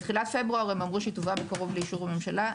בתחילת פברואר הם אמרו שהיא טובה וקרוב לאישור הממשלה.